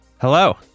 Hello